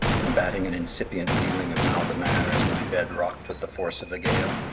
combating an incipient feeling of mal de mer as my bed rocked with the force of the gale,